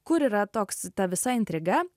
kur yra toks ta visa intriga